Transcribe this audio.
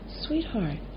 sweetheart